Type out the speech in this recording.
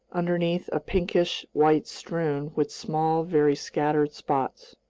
underneath a pinkish white strewn with small, very scattered spots.